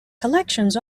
collections